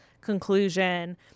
conclusion